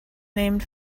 named